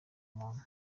muntu